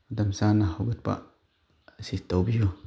ꯃꯇꯝ ꯆꯥꯅ ꯍꯧꯒꯠꯄ ꯑꯁꯤ ꯇꯧꯕꯤꯌꯨ